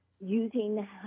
using